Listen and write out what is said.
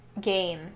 game